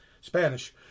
Spanish